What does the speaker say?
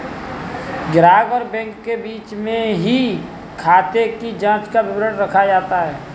ग्राहक और बैंक के बीच में ही खाते की जांचों का विवरण रखा जाता है